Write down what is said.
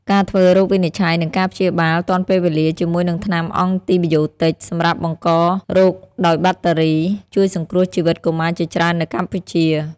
ការធ្វើរោគវិនិច្ឆ័យ និងការព្យាបាលទាន់ពេលវេលាជាមួយនឹងថ្នាំអង់ទីប៊ីយោទិច សម្រាប់បង្ករោគដោយបាក់តេរី ជួយសង្គ្រោះជីវិតកុមារជាច្រើននៅកម្ពុជា។